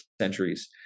centuries